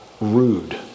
rude